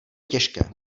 těžké